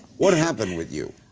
what happened with you?